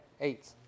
Eight